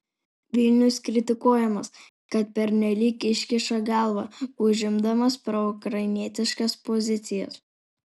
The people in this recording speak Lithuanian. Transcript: vilnius kritikuojamas kad pernelyg iškiša galvą užimdamas proukrainietiškas pozicijas